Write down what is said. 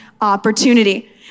opportunity